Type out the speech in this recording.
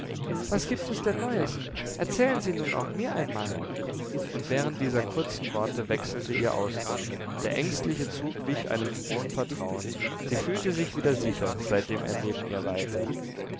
was gibt es denn neues erzählen sie nun auch mir einmal und während dieser kurzen worte wechselte ihr ausdruck der ängstliche zug wich einem frohen vertrauen sie fühlte sich wieder sicher seitdem er neben ihr weilte